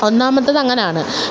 ഒന്നാമത്തേത് അങ്ങനെയാണ്